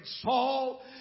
Saul